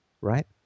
right